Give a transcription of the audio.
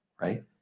right